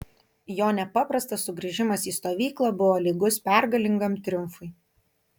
jo nepaprastas sugrįžimas į stovyklą buvo lygus pergalingam triumfui